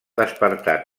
despertar